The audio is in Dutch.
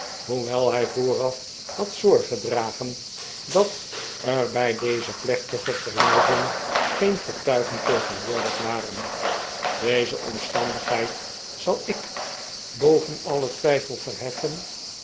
hoewel hij vooraf had zorg gedragen dat er bij deze plechtige verloving geen getuigen tegenwoordig waren deze omstandigheid zal ik boven alien twijfel verheffen